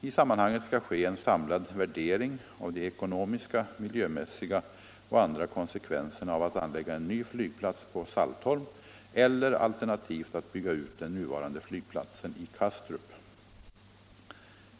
I sammanhanget skall ske en samlad värdering av de ekonomiska, miljömässiga och andra konsekvenserna av att anlägga en ny flygplats på Saltholm eller alternativt att bygga ut den nuvarande flygplatsen i Kastrup.